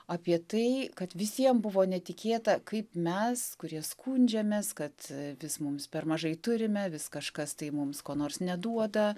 apie tai kad visiem buvo netikėta kaip mes kurie skundžiamės kad vis mums per mažai turime vis kažkas tai mums ko nors neduoda